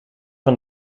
van